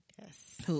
Yes